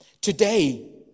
Today